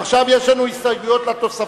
עכשיו יש לנו הסתייגויות לתוספת.